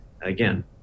Again